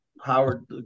Howard